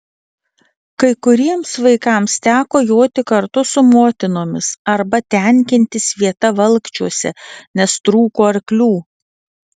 kai kuriems vaikams teko joti kartu su motinomis arba tenkintis vieta valkčiuose nes trūko arklių